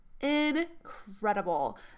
incredible